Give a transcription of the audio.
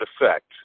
effect